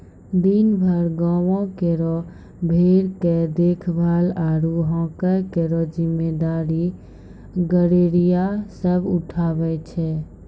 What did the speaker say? दिनभर गांवों केरो भेड़ के देखभाल आरु हांके केरो जिम्मेदारी गड़ेरिया सब उठावै छै